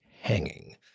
hanging